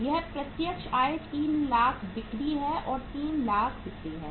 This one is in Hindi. यह प्रत्यक्ष आय 3 लाख बिक्री है और यह 3 लाख बिक्री है